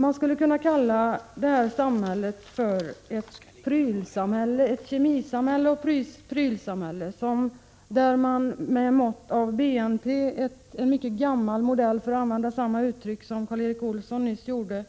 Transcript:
Man skulle kunna kalla detta samhälle för ett kemisamhälle och prylsamhälle där man med mått av BNP - en mycket gammal modell, för att använda samma uttryck som Karl-Erik Olsson nyss gjorde